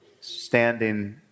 standing